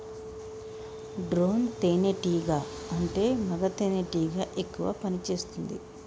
drone తేనే టీగా అంటే మగ తెనెటీగ ఎక్కువ పని చేస్తుంది